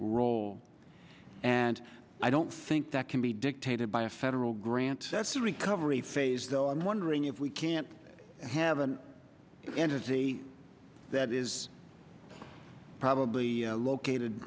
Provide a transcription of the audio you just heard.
role and i don't think that can be dictated by a federal grant that's a recovery phase though i'm wondering if we can't have an entity that is probably located